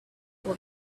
boy